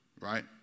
right